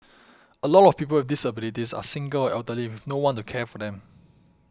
a lot of people with disabilities are single or elderly with no one to care for them